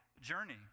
journey